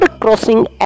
crossing